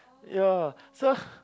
yeah so